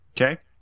Okay